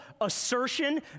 assertion